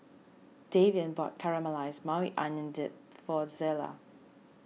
Davian bought Caramelized Maui Onion Dip for Zelia